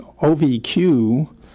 OVQ